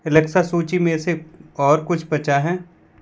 Alexa सूची में से और कुछ बचा है